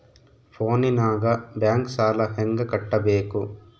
ಫೋನಿನಾಗ ಬ್ಯಾಂಕ್ ಸಾಲ ಹೆಂಗ ಕಟ್ಟಬೇಕು?